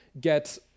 get